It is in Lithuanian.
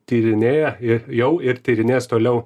tyrinėja ir jau ir tyrinės toliau